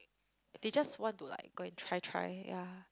they just want to like go and try try ya